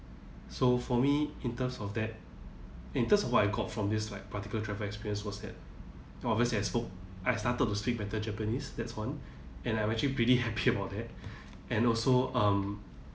so for me in terms of that in terms of what I got from this like particular travel experience was that obviously I spoke I've started to speak better japanese that's one and I'm actually pretty happy about that and also um